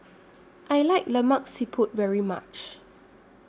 I like Lemak Siput very much